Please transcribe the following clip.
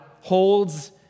holds